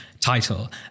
title